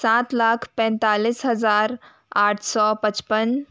सात लाख पैंतालीस हज़ार आठ सौ पचपन